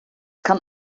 kann